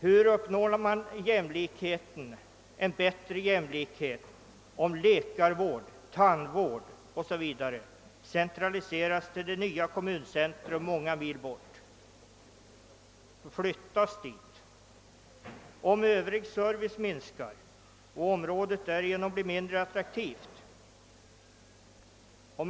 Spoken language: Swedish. Hur når man en bättre jämlikhet om läkarvård, tandvård o. s. v. centraliseras till ett nytt kommuncentrum många mil bort, om övrig service minskar och ett område därigenom blir mindre attraktivt?